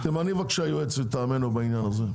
תמני, בבקשה, יועץ מטעמנו בעניין הזה.